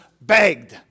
begged